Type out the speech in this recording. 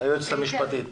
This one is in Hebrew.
היועצת המשפטית לוועדה.